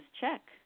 Check